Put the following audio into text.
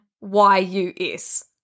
Y-U-S